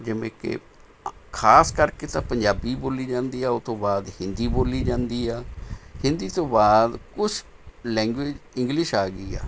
ਜਿਵੇਂ ਕਿ ਖਾਸ ਕਰਕੇ ਤਾਂ ਪੰਜਾਬੀ ਬੋਲੀ ਜਾਂਦੀ ਹੈ ਉਹ ਤੋਂ ਬਾਅਦ ਹਿੰਦੀ ਬੋਲੀ ਜਾਂਦੀ ਹੈ ਹਿੰਦੀ ਤੋਂ ਬਾਅਦ ਕੁਛ ਲੈਂਗੁਏਜ਼ ਇੰਗਲਿਸ਼ ਆ ਗਈ ਹੈ